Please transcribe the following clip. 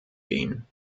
gehen